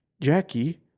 Jackie